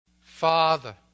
Father